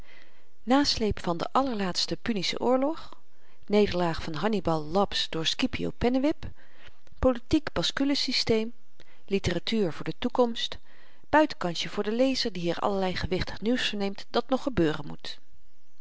nasleep van den àllerlaatsten punischen oorlog nederlaag van hannibal laps door scipio pennewip politiek baskule systeem litteratuur van de toekomst buitenkansje voor den lezer die hier allerlei gewichtig nieuws verneemt dat nog gebeuren moet